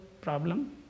problem